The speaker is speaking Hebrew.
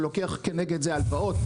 הוא לוקח כנגד זה הלוואות,